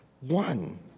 one